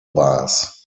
bars